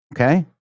okay